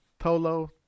Tolo